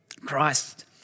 Christ